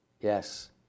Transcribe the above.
Yes